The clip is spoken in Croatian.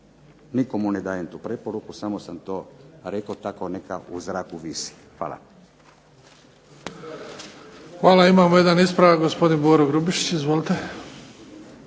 Nikomu ne dajem tu preporuku samo sam to rekao, tako neka u zraku visi. Hvala. **Bebić, Luka (HDZ)** Hvala. Imamo jedan ispravak gospodin Boro Grubišić. Izvolite.